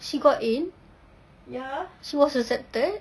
she got in she was accepted